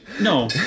No